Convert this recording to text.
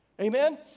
Amen